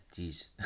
jeez